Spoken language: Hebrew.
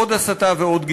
עוד הסתה ועוד גזענות.